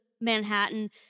Manhattan